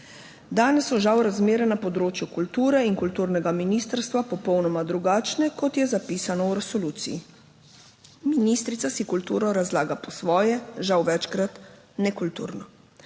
Danes so žal razmere na področju kulture in kulturnega ministrstva popolnoma drugačne, kot je zapisano v resoluciji. Ministrica si kulturo razlaga po svoje, žal večkrat nekulturno.